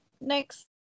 next